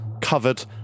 covered